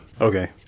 okay